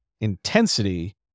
intensity